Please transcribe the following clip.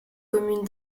commune